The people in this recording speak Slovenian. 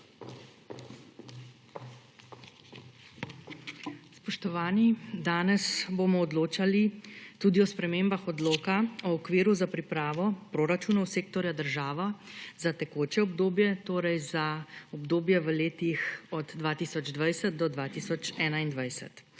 Spoštovani! Danes bomo odločali tudi o spremembah odloka o okviru za pripravo proračunov sektorja država za tekoče obdobje, torej za obdobje v letih od 2020 do 2021,